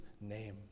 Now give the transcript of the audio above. name